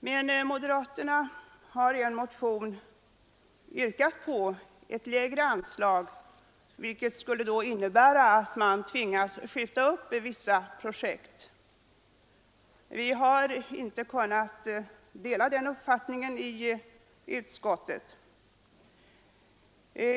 Men moderaterna har i en motion yrkat på ett lägre anslag, vilket då skulle innebära att man tvingas skjuta upp vissa projekt. Vi har i utskottet inte kunnat tillstyrka det.